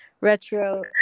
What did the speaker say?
retro